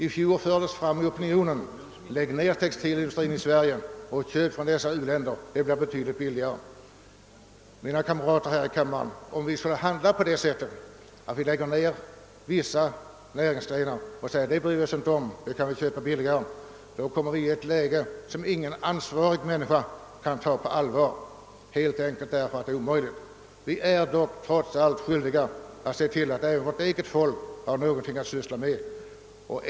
I fjol föreslogs i den allmänna debatten att vi skulle lägga ner textilindustrin i Sverige och köpa från u-länderna, vilket skulle bli betydligt billigare. Mina kamrater här i kammaren! Om vi skulle lägga ner vissa näringsgrenar under förevändning att det skulle bli billigare, så skulle vi komma i ett läge som ingen kan ta ansvaret för. Vi är trots allt skyldiga att se till att vårt eget folk har någonting att syssla med.